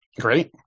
Great